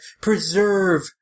preserve